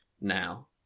now